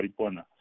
Aripona